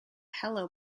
hello